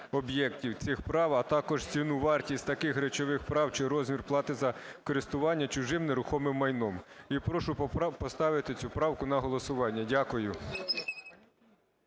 суб'єктів цих прав, а також ціну (вартість) таких речових прав чи розмір плати за користування чужим нерухомим майном". І прошу поставити цю правку на голосування. Дякую.